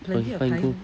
okay fine cool